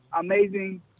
Amazing